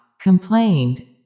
complained